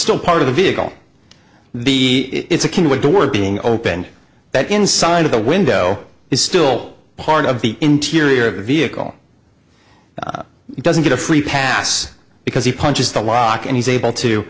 still part of the vehicle the it's a can with door being opened that inside of the window is still part of the interior of the vehicle doesn't get a free pass because he punches the lock and he's able to